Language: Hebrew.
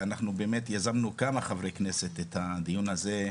אנחנו באמת יזמנו כמה חברי כנסת את הדיון הזה,